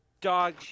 dog